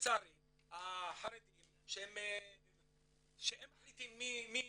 לצערי החרדים שהם מחליטים מי